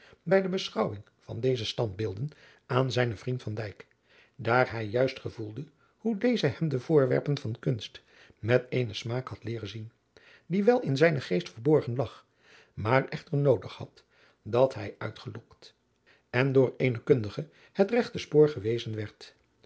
bij de beschouwing van deze standbeelden aan zijnen vriend van dijk daar hij juist gevoelde hoe deze hem de vooradriaan loosjes pzn het leven van maurits lijnslager werpen van kunst met eenen smaak had leeren zien die wel in zijnen geest verborgen lag maar echter noodig had dat hij uitgelokt en door eenen kundige het regte spoor gewezen werd